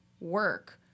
work